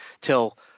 till